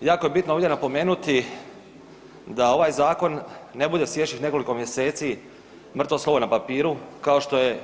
Jako je bitno ovdje napomenuti da ovaj zakon ne bude slijedećih nekoliko mjeseci mrtvo slovo na papiru kao što je